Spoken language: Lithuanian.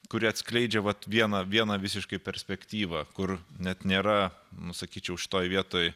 kuri atskleidžia vat vieną vieną visiškai perspektyvą kur net nėra nu sakyčiau šitoj vietoj